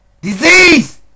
Disease